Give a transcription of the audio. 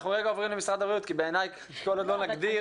אנחנו רגע עוברים למשרד הבריאות כי בעיניי כל עוד לא נגדיר,